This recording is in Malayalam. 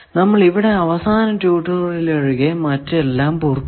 നമ്മൾ ഇവിടെ അവസാന ട്യൂട്ടോറിയൽ ഒഴികെ മറ്റെല്ലാം പൂർത്തിയായി